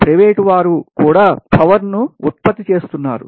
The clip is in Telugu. ప్రైవేటు వారు పార్టీలు కూడా పవర్ ను ఉత్పత్తి చేస్తున్నారు